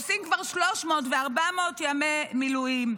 עושים כבר 300 ו-400 ימי מילואים,